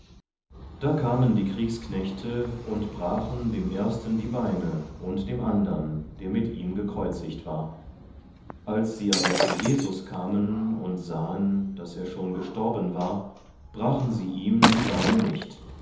da kamen die kriegsknechte und brachen dem ersten die beine und dem andern der mit ihm gekreuzigt war als sie aber zu jesus kamen und sahen daß er schon gestorben war brachen sie ihm die beine nicht